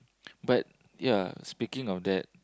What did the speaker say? but ya speaking of that